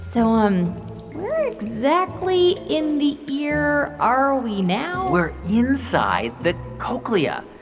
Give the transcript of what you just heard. so um exactly in the ear are we now? we're inside the cochlea.